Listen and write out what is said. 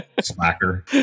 Slacker